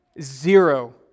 Zero